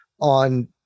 on